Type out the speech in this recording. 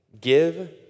give